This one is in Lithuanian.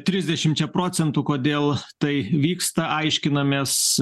trisdešimčia procentų kodėl tai vyksta aiškinamės